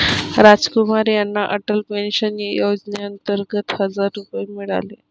रामकुमार यांना अटल पेन्शन योजनेअंतर्गत हजार रुपये मिळाले